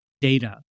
data